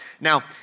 Now